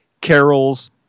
Carol's